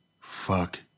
Fuck